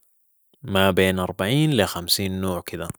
ما بين اربعين لي خمسين نوع كده.